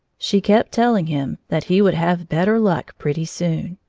she kept telling him that he would have better luck pretty soon.